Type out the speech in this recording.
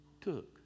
took